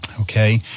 Okay